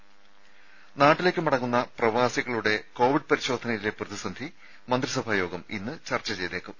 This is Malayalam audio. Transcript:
ത നാട്ടിലേക്ക് മടങ്ങുന്ന പ്രവാസികളുടെ കോവിഡ് പരിശോധനയിലെ പ്രതിസന്ധി മന്ത്രിസഭാ യോഗം ഇന്ന് ചർച്ച ചെയ്തേക്കും